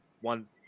one